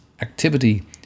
activity